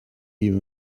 you